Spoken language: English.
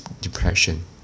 depression